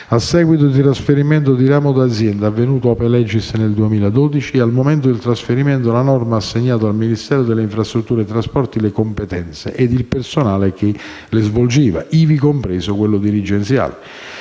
a seguito di trasferimento di ramo di azienda avvenuto *ope legis* nel 2012 e, al momento del trasferimento, la norma ha assegnato al Ministero delle infrastrutture e dei trasporti le competenze e il personale che le svolgeva, ivi compreso quello dirigenziale.